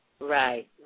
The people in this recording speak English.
Right